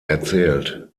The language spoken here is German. erzählt